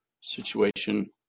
situation